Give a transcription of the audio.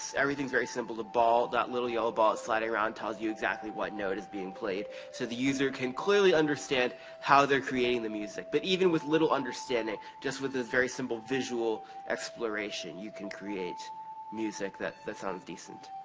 everything's very simple. the ball, that little yellow ball sliding around tells you exactly what note is being played. so the user can clearly understand how they're creating the music. but even with little understanding, just with this very simple visual exploration, you can create music that that sounds decent.